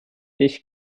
ich